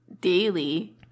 daily